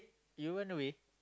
you ran away